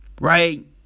Right